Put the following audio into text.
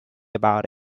about